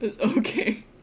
Okay